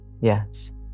yes